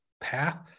path